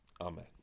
Amen